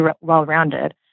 well-rounded